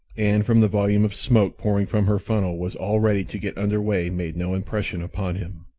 and from the volume of smoke pouring from her funnel was all ready to get under way made no impression upon him.